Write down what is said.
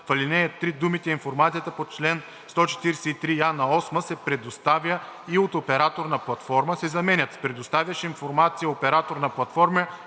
в ал. 3 думите „Информацията по чл. 143я8 се предоставя и от оператор на платформа“ се заменят с „Предоставящ информация оператор на платформа